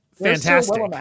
fantastic